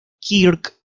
kirk